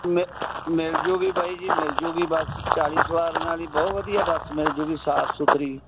ਮੇ ਮਿਲ ਜੂਗੀ ਬਾਈ ਜੀ ਮਿਲ ਜੂਗੀ ਬੱਸ ਚਾਲੀ ਸਵਾਰੀਆਂ ਵਾਲੀ ਬਹੁਤ ਵਧੀਆ ਬੱਸ ਮਿਲ ਜੂਗੀ ਸਾਫ਼ ਸੁਥਰੀ